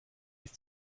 ist